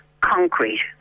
concrete